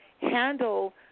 handle